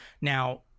now